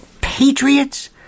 patriots